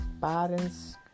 parents